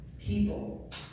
people